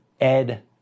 Ed